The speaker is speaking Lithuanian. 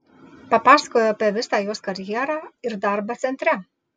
papasakojau apie visą jos karjerą ir darbą centre